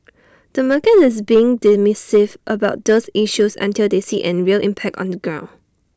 the market is being dismissive about those issues until they see any real impact on the ground